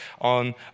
on